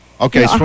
Okay